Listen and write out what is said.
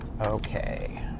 Okay